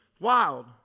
Wild